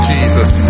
Jesus